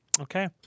Okay